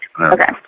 Okay